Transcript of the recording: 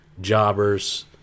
jobbers